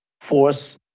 force